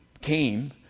came